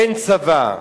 אין צבא,